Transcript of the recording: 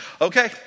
okay